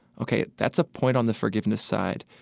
ok, that's a point on the forgiveness side.